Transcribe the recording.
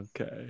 okay